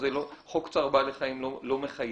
חוק צער בעלי חיים לא מחייב.